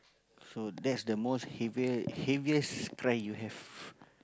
so that's the most heavier heaviest cry you have